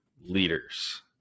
leaders